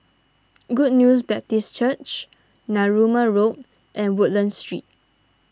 Good News Baptist Church Narooma Road and Woodlands Street